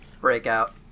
Breakout